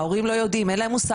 ההורים לא יודעים אין להם מושג,